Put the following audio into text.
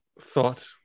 thought